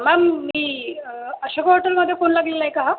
ma'am मी अशोका हॉटेलमध्ये phone लागलेला आहे का हा